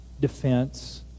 defense